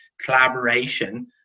collaboration